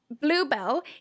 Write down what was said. Bluebell